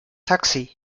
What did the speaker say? taxi